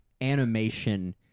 Animation